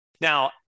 Now